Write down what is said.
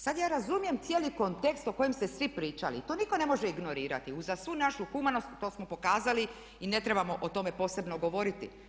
Sada ja razumijem cijeli kontekst o kojem ste svi pričali i to nitko ne može ignorirati, uz svu našu humanost, to smo pokazali i ne trebamo o tome posebno govoriti.